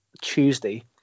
Tuesday